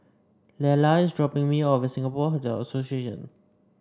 Lela is dropping me off at Singapore Hotel Association